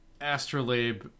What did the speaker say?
Astrolabe